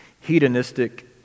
hedonistic